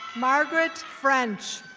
margret french.